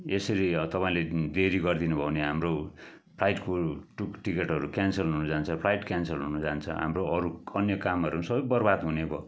यसरी तपाईँले देरी गरिदिनु भयो भने हाम्रो फ्लाइटको टिकटहरू क्यान्सल हुन जान्छ फ्लाइट क्यान्सल हुन जान्छ हाम्रो अरू अन्य कामहरू सबै बर्बाद हुने भयो